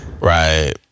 Right